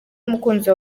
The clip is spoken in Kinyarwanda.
umukunzi